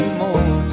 more